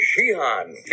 shihan